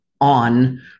on